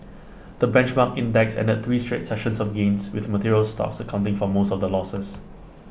the benchmark index ended three straight sessions of gains with materials stocks accounting for most of the losses